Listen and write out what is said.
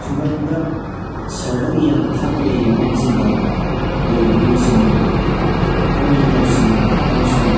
ꯈꯨꯡꯒꯪꯗ ꯁꯍꯔꯗꯒꯤ ꯌꯥꯝꯅ ꯊꯥꯞꯅ ꯂꯩꯕ ꯃꯐꯝꯁꯤꯡꯗ ꯂꯩꯕ ꯃꯤꯑꯣꯏꯁꯤꯡꯅ ꯄꯨꯛꯅꯤꯡ ꯂꯧꯁꯤꯡ ꯑꯃꯁꯨꯡ